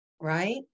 right